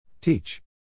Teach